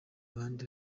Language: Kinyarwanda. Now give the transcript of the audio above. abandi